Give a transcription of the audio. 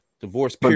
Divorce